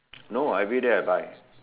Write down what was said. no everyday I buy